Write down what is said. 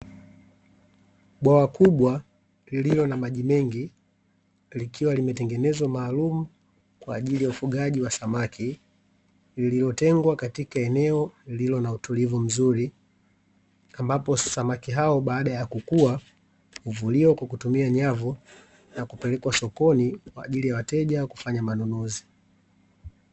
Bwawa kubwa lililo na maji mengi likiwa limetengenezwa maalumu kwa ajili ya ufugaji wa samaki, lililotengwa katika eneo lililo na utulivu mzuri, ambapo samaki hao baada ya kukua, huvuliwa kwa kutumia nyavu na kupelekwa sokoni kwa ajili ya wateja kufanya manunuzi.